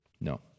No